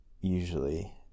usually